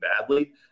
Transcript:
badly